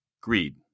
greed